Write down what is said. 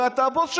הרי אתה הבוס שלו,